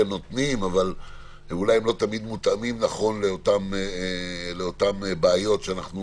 נותנים אבל אולי הם לא תמיד מותאמים נכון לאותן בעיות שאנשים